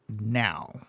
Now